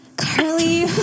Carly